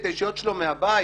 את האישיות שלו מהבית,